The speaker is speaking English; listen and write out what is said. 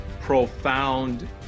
profound